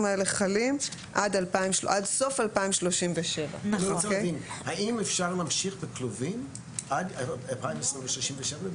האלה חלים עד סוף 2037. האם אפשר להמשיך בכלובים עד 2037?